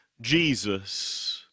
Jesus